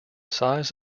size